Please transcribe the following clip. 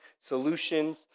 solutions